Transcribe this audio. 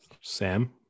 Sam